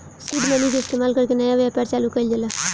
seed money के इस्तमाल कर के नया व्यापार चालू कइल जाला